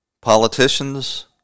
politicians